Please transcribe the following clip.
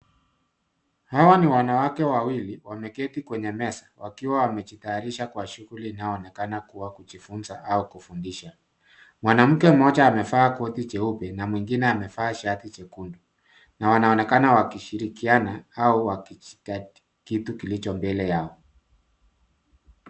Hawa ni wanawake Wawili wameketi kwenye meza wakiwa amejitayarisha kwa shughuli inayonekana kuwa kujifunza au kujifundisha. Mwanamke mmoja amevaa koti jeupe na mwengine amevaa shati jekundu na wanaonekana wakishikiana au stadi kitu kilicho mbele yao.